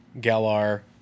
Galar